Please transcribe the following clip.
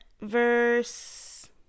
verse